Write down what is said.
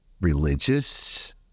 religious